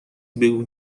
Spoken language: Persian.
بگو